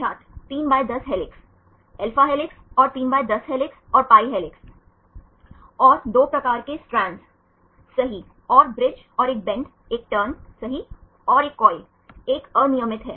छात्र 310 helix Alpha helix और 310 helix और pi हेलिक्स और 2 प्रकार के स्ट्रैंड्स सही और ब्रिज और 1 बेंट 1 टर्न सहीऔर 1 कॉइल 1 अनियमित है